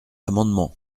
amendement